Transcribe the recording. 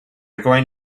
going